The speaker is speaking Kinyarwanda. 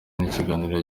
n’ibiganiro